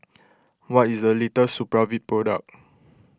what is the latest Supravit product